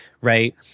right